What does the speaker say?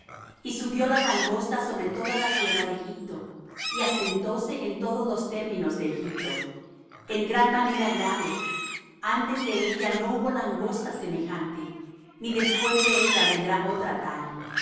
y subió la langosta sobre toda la tierra de egipto y asentóse en todos los términos de egipto en gran manera grave antes de ella no hubo langosta semejante ni después de ella vendrá otra tal